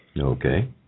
Okay